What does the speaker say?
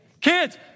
Kids